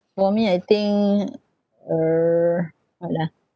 for me I think uh what ah